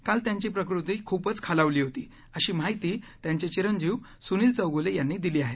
काल त्यांची प्रकृती खूपच खालावली होती अशी माहिती त्यांचे चिरंजीव सुनील चौघले यांनी दिली आहे